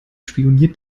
spioniert